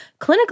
clinically